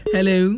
Hello